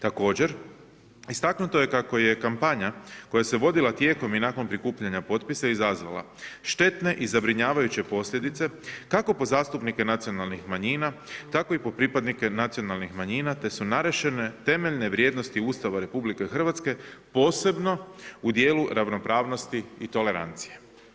Također, istaknuto je kako je kampanja koja se vodila tijekom i nakon prikupljanja potpisa izazvala štetne i zabrinjavajuće posljedice kako po zastupnike nacionalnih manjina, tako i po pripadnike nacionalnih manjina, te su narušene temeljne vrijednosti Ustava RH, posebno u dijelu ravnopravnosti i tolerancije.